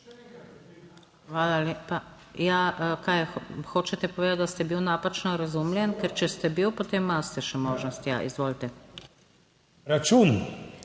Hvala lepa. Ja, kaj hočete povedati, da ste bil napačno razumljen, ker če ste bil, potem imate še možnost? Ja, izvolite, račun.